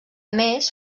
més